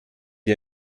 ihr